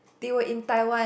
they were in Taiwan